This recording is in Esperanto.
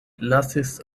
lasis